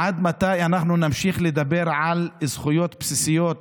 עד מתי אנחנו נמשיך לדבר על זכויות בסיסיות,